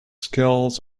skills